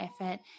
effort